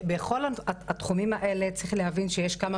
בכל התחומים האלה צריך להבין שיש כמה